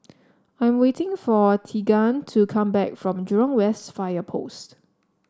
I'm waiting for Teagan to come back from Jurong West Fire Post